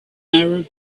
arab